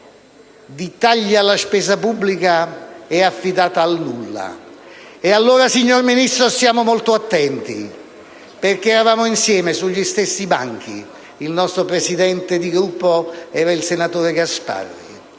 di tagli alla spesa pubblica è affidata al nulla. E allora, signor Ministro, stiamo molto attenti. Eravamo insieme sugli stessi banchi, e il nostro presidente di Gruppo era il senatore Gasparri,